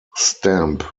stamp